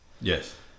Yes